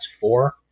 four